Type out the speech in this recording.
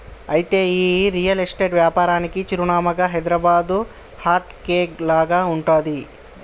అయితే ఈ real estate వ్యాపారానికి చిరునామాగా హైదరాబాదు హార్ట్ కేక్ లాగా ఉంటుంది